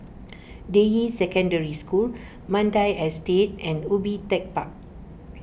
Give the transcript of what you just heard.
Deyi Secondary School Mandai Estate and Ubi Tech Park